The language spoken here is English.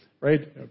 right